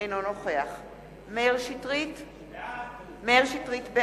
אינו נוכח מאיר שטרית, בעד